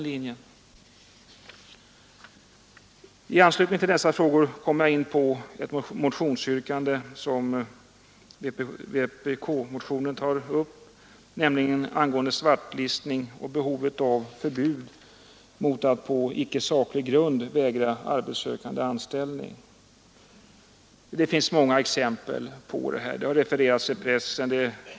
I anslutning till dessa frågor kommer jag in på ett yrkande i vpk-motionen, nämligen angående svartlistning och behovet av förbud mot att på icke saklig grund vägra arbetssökande anställning. Det finns många exempel på det som har refererats i pressen.